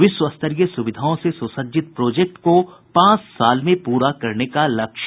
विश्वस्तरीय सुविधाओं से सुसज्जित प्रोजेक्ट को पांच साल में पूरा करने का लक्ष्य